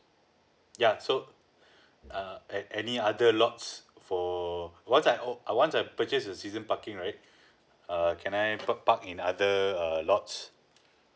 yeah so err at any other lots for once I o~ uh once I purchase a season parking right err can I have park park in other err lots